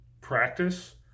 practice